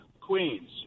Queens